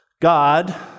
god